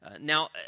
Now